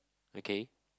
okay